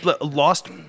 lost